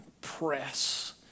press